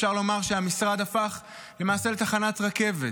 אפשר לומר שהמשרד הפך למעשה לתחנת רכבת.